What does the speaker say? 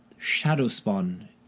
Shadowspawn